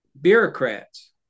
bureaucrats